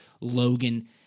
Logan